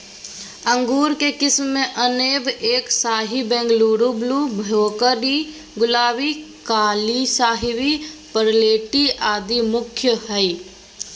अंगूर के किस्म मे अनब ए शाही, बंगलोर ब्लू, भोकरी, गुलाबी, काली शाहवी, परलेटी आदि मुख्य हई